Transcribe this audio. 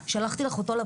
אבל כלום לא